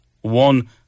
One